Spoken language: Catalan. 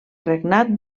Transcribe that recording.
regnat